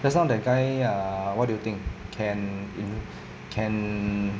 just now that guy err what do you think can in~ can